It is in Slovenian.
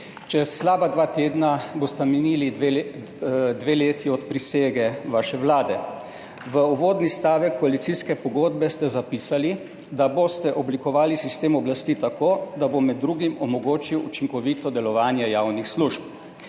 Čez slaba dva tedna bosta minili dve leti od prisege vaše vlade. V uvodni stavek koalicijske pogodbe ste zapisali, da boste oblikovali sistem oblasti tako, da bo med drugim omogočil učinkovito delovanje javnih služb.